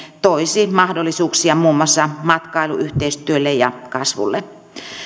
toisi mahdollisuuksia muun muassa matkailuyhteistyölle ja matkailun kasvulle